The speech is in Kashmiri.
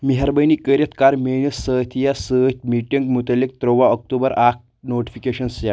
مہربٲنی کٔرِتھ کر میٲنِس سٲتھی یس سۭتۍ میٹینگ مُتعلق تروٚوُہ اکتوبر اکھ نوٹیفکیشن سیٹ